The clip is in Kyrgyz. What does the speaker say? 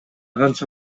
канча